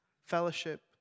fellowship